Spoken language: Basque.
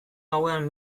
gauean